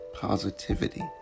positivity